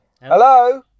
Hello